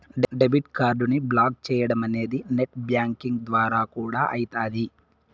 debit కార్డుని block చేయడమనేది net banking ద్వారా కూడా అయితాది